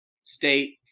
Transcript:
State